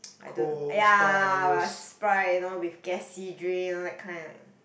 I do !aiya! but Sprite you know with gassy drink you know that kind like